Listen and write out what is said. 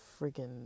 freaking